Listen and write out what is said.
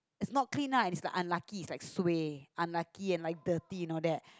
is not clean lah is like unlucky is like suay unlucky and like dirty you know that